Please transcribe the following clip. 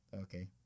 Okay